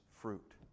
fruit